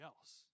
else